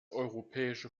europäische